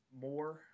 more